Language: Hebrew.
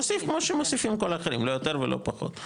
מוסיף, כמו שמוסיפים כל האחרים, לא יותר ולא פחות.